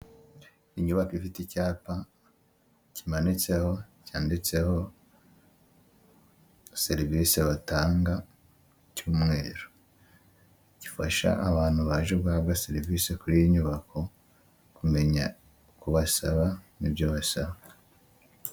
Inyubako ifite icyapa kimanitseho, cyanditseho, serivisi batanga, cy'umweru. Ifasha abantu baje guhabwa serivisi kuri iyi nyubako, kumenya kubasaba ibyo basaba.